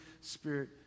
Spirit